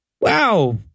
Wow